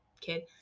kid